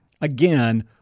again